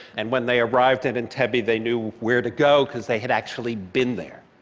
and when they arrived at entebbe, they knew where to go because they had actually been there.